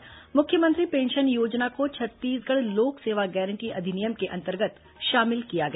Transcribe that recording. और मुख्यमंत्री पेंशन योजना को छत्तीसगढ़ लोक सेवा गारंटी अधिनियम के अंतर्गत शामिल किया गया